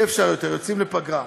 יוצאים לפגרה.